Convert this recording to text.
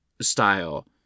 style